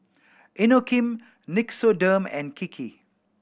Inokim Nixoderm and Kiki